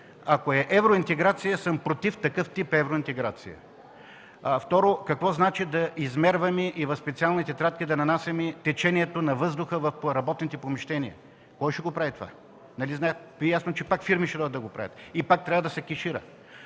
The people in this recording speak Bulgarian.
Ако е евроинтеграция, аз съм против такъв тип евроинтеграция. Второ, какво значи да измерваме и в специални тетрадки да нанасяме течението на въздуха в работните помещения? Кой ще го прави това? Нали Ви е ясно, че пак фирми ще започнат да го правят и пак трябва да се кешира.